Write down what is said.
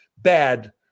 bad